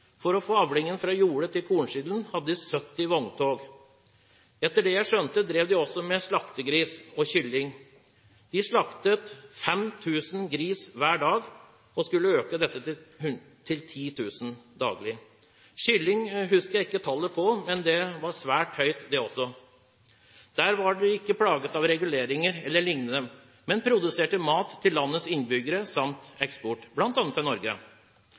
For å få avlingene fra jordet til kornsiloen hadde de 70 vogntog. Etter det jeg skjønte, drev de også med slaktegriser og kyllinger. De slaktet 5 000 griser hver dag og skulle øke dette til 10 000. Tallet på kyllinger husker jeg ikke, men også det var svært høyt. Der var de ikke plaget av reguleringer eller lignende, men produserte mat til landets innbyggere samt til eksport, bl.a. til Norge.